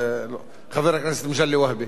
חבר הכנסת מגלי והבה,